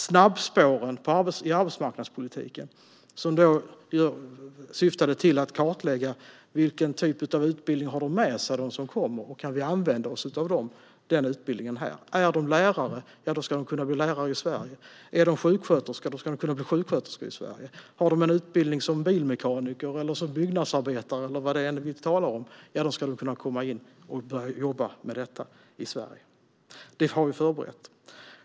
Snabbspåren i arbetsmarknadspolitiken syftade till att kartlägga vilken typ av utbildning de som kommer har med sig och om vi kan använda oss av den utbildningen här. Är de lärare ska de kunna bli lärare i Sverige. Är de sjuksköterskor ska de kunna bli sjuksköterskor i Sverige. Har de en utbildning som bilmekaniker, byggnadsarbetare eller vad vi än talar om ska de kunna komma in och jobba med detta i Sverige. Det har vi förberett.